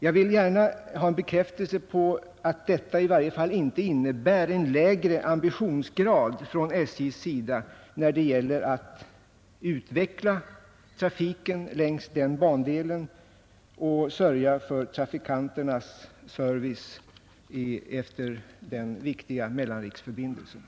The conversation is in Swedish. Jag vill gärna ha en bekräftelse på att detta i varje fall inte innebär en lägre ambitionsgrad hos SJ när det gäller att utveckla trafiken längs den bandelen och sörja för trafikanternas service efter den viktiga mellanriksförbindelsen.